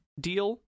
deal